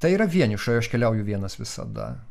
tai yra vienišojo aš keliauju vienas visada